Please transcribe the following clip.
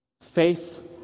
Faith